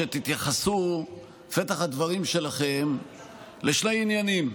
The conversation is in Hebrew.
שתתייחסו בפתח הדברים שלכם לשני עניינים: